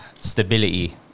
stability